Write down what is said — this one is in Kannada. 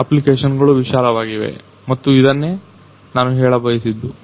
ಅಪ್ಲಿಕೇಶನ್ಗಳು ವಿಶಾಲವಾಗಿವೆ ಮತ್ತು ಇದನ್ನೇ ನಾನು ಹೇಳಬಯಸಿದ್ದೆ